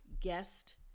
guest